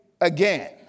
again